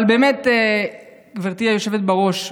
אבל באמת, גברתי היושבת בראש,